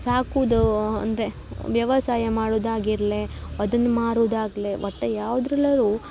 ಸಾಕುವುದು ಅಂದರೆ ವ್ಯವಸಾಯ ಮಾಡುದು ಆಗಿರಲಿ ಅದನ್ನು ಮಾರುದು ಆಗಲಿ ಒಟ್ಟು ಯಾವ್ದ್ರಲಾದ್ರು